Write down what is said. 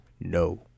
No